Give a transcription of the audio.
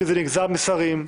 כי זה נגזר משרים,